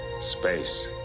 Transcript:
space